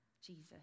Jesus